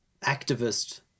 activist